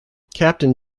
captain